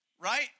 Right